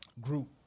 group